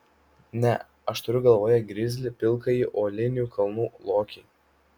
ne aš turiu galvoje grizlį pilkąjį uolinių kalnų lokį